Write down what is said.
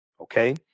okay